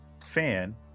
fan